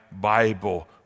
Bible